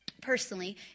personally